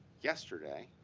yesterday,